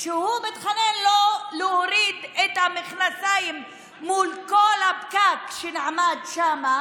וכשהוא מתחנן לא להוריד את המכנסיים מול כל הפקק שנעמד שם,